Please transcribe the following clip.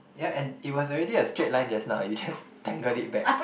ya and it was already a straight line just now and you just tangled it back